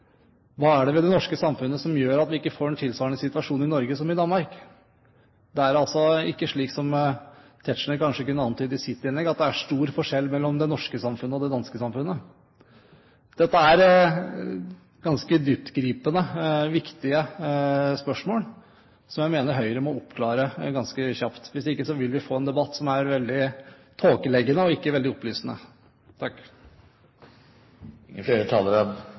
Hva er det ved det norske samfunnet som gjør at vi ikke får en tilsvarende situasjon i Norge som man har fått i Danmark? Det er altså ikke slik som Tetzschner kanskje kunne antyde i sitt innlegg, at det er stor forskjell mellom det norske samfunnet og det danske samfunnet. Dette er ganske dyptgripende, viktige spørsmål, som jeg mener Høyre må oppklare ganske kjapt. Hvis ikke vil vi få en debatt som er veldig tåkeleggende, ikke veldig opplysende. Flere